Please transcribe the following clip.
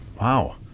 Wow